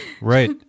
right